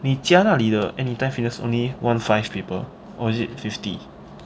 你家那里的 Anytime Fitness only one five people or is it fifty